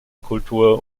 kultur